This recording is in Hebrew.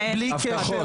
הבטחות,